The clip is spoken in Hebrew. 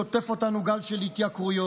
שוטף אותנו גל של התייקרויות.